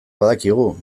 badakigu